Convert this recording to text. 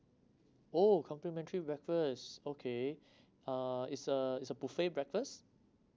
oh complimentary breakfast okay uh is a is a buffet breakfast